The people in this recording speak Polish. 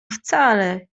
wcale